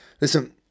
listen